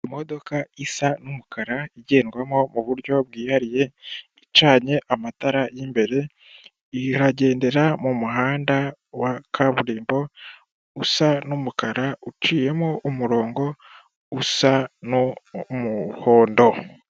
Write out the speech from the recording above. Imodoka isa n'umukara igendwamo mu buryo bwihariye, icanye amatara y'imbere, iragendera mu muhanda wa kaburimbo usa n'umukara uciyemo umurongo usa n'umuhondo.